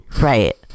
Right